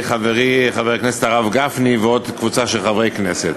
חברי חבר הכנסת הרב גפני ועוד קבוצה של חברי כנסת.